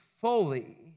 fully